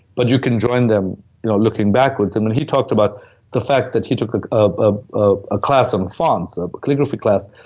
but you can join them you know looking backwards. and he talked about the fact that he took ah a ah ah class um fonts, a calligraphy class.